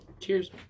Cheers